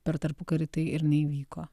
per tarpukarį tai ir neįvyko